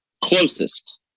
closest